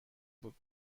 بود